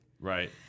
Right